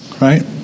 Right